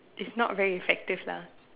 is not very effective lah